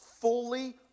fully